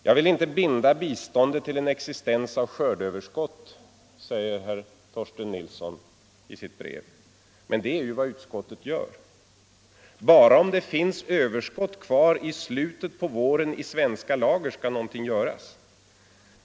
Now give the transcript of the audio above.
Jag vill inte binda biståndet till en existens av skördeöverskott, säger herr Torsten Nilsson. Men det är vad utskottet gör! Bara om det finns överskott kvar i svenska lager i slutet på våren skall någonting extra göras.